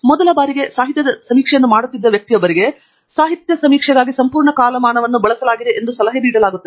ಮೊದಲ ಬಾರಿಗೆ ಸಾಹಿತ್ಯದ ಸಮೀಕ್ಷೆಯನ್ನು ಮಾಡುತ್ತಿದ್ದ ವ್ಯಕ್ತಿಯೊಬ್ಬರಿಗೆ ಸಾಹಿತ್ಯದ ಸಮೀಕ್ಷೆಗಾಗಿ ಸಂಪೂರ್ಣ ಕಾಲಮಾನವನ್ನು ಬಳಸಲಾಗಿದೆ ಎಂದು ಸಲಹೆ ನೀಡಲಾಗುತ್ತದೆ